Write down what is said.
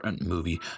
movie